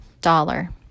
dollar